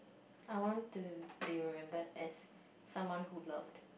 I want to be remembered as someone who loved